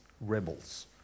rebels